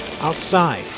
outside